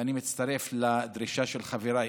ואני מצטרף לדרישה של חבריי,